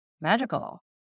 magical